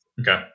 Okay